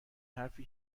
حرفی